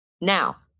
Now